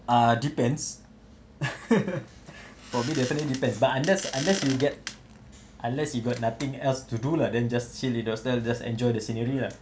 uh depends for me definitely depends but unless unless you get unless you got nothing else to do lah then just sit in the hotel just enjoy the scenery lah